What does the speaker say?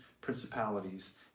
principalities